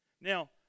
Now